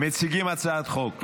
מציגים הצעת חוק.